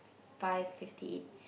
five fifty eight